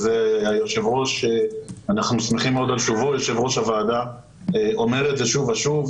יושב-ראש הוועדה אומר את זה שוב ושוב.